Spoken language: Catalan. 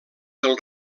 del